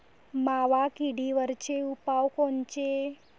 मावा किडीवरचे उपाव कोनचे?